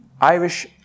Irish